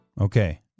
Okay